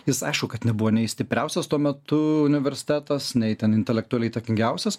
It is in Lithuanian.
jis aišku kad nebuvo nei stipriausias tuo metu universitetas ne itin intelektualiai įtakingiausias